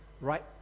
right